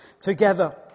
together